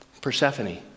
Persephone